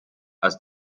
aus